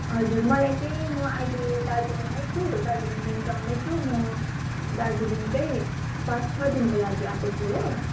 हजुर मलाई चाहिँ म अहिले दार्जिलिङमै छु दार्जिलिङ मेन टाउनमै छु दार्जिलिङ चाहिँ पाँच छ दिनको लागि आएको छु हो